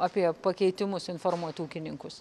apie pakeitimus informuot ūkininkus